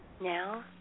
Now